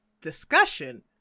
discussion